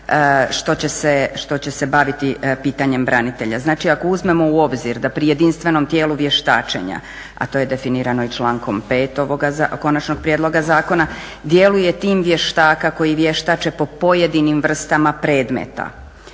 što će se baviti pitanjem branitelja. Znači, ako uzmemo u obzir da pri jedinstvenom tijelu vještačenja, a to je definirano i člankom 5. ovoga Konačnog prijedloga zakona djeluje tim vještaka koji vještače po pojedinim vrstama predmeta.